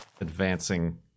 Advancing